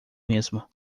mesmo